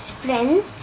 friends